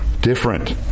different